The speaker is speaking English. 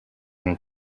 and